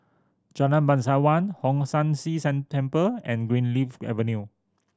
Jalan Bangsawan Hong San See San Temple and Greenleaf Avenue